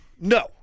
No